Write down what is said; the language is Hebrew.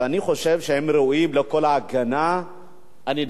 ואני חושב שהם ראויים לכל ההגנה הנדרשת.